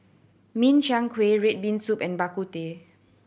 Min Chiang Kueh red bean soup and Bak Kut Teh